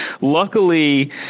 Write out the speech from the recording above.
luckily